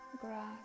grass